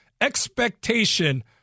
expectation